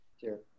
Sure